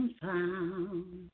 found